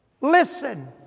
Listen